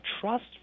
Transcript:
trust